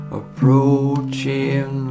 approaching